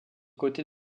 côtés